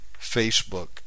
Facebook